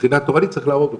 מבחינה תורנית צריך להרוג אותו,